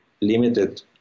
limited